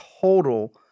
total